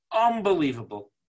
Unbelievable